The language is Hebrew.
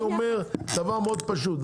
אני אומר דבר מאוד פשוט,